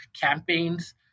campaigns